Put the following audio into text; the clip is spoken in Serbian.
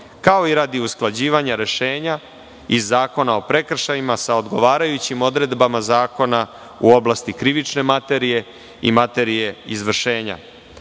kao i radi usklađivanja rešenja iz Zakona o prekršajima sa odgovarajućim odredbama zakona u oblasti krivične materije i materije izvršenja,